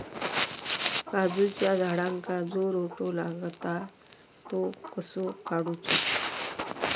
काजूच्या झाडांका जो रोटो लागता तो कसो काडुचो?